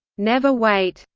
never wait.